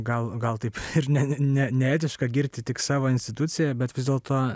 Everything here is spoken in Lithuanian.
gal gal taip ir ne ne neetiška girti tik savo instituciją bet vis dėlto